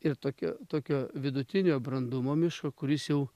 ir tokio tokio vidutinio brandumo miško kuris jau